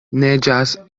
neĝas